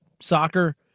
soccer